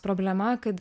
problema kad